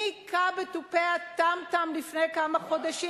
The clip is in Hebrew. מי הכה על תופי הטם-טם לפני כמה חודשים